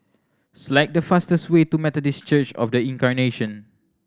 select the fastest way to Methodist Church Of The Incarnation